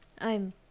I'm